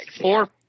four